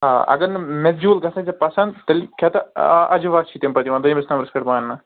آ اگر نہٕ میجوٗل گَژھنَے ژےٚ پسنٛد تیٚلہِ کھٮ۪تہٕ اجوا چھُے تَمہِ پتہٕ یِوان دوٚیمِس نمبرس پٮ۪ٹھ ماننہٕ